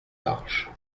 large